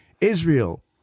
Israel